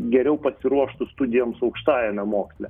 geriau pasiruoštų studijoms aukštajame moksle